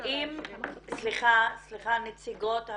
נציגות הרשות,